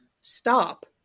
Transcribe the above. stop